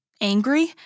angry